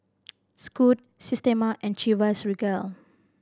Scoot Systema and Chivas Regal